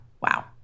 Wow